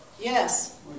Yes